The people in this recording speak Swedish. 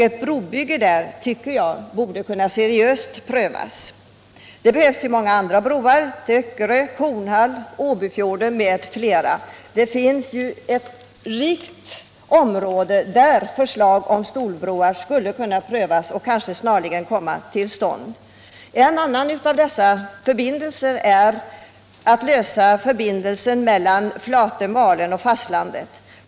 Ett sådant projekt borde kunna prövas seriöst, tycker jag. Det behövs också många andra broar: till Öckerö, Kornhall och Åbyfjorden, m.fl. Det finns ett stort område där förslag om stålbroar skulle kunna prövas och snarast kunna byggas. En annan angelägen sak är att ordna förbindelsen mellan Malö-Flatö och fastlandet.